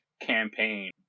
campaign